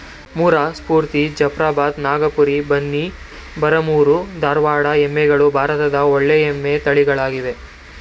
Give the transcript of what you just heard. ಮುರ್ರಾ, ಸ್ಪೂರ್ತಿ, ಜಫ್ರಾಬಾದ್, ನಾಗಪುರಿ, ಬನ್ನಿ, ಬರಗೂರು, ಧಾರವಾಡ ಎಮ್ಮೆಗಳು ಭಾರತದ ಒಳ್ಳೆಯ ಎಮ್ಮೆ ತಳಿಗಳಾಗಿವೆ